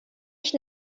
ich